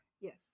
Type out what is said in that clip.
yes